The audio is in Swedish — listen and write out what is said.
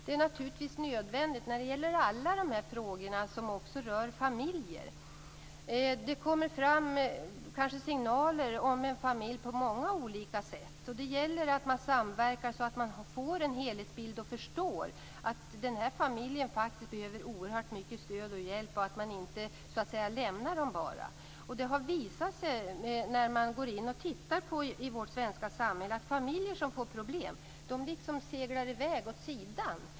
Det är naturligtvis nödvändigt, eftersom dessa frågor också rör familjer. Det kan komma fram signaler om en familj på många olika sätt. Det gäller att samverka så att man får en helhetsbild och förstår att den drabbade familjen behöver oerhört mycket stöd och hjälp. Man får inte bara lämna den vind för våg. Familjer som får problem i vårt svenska samhälle seglar liksom i väg åt sidan.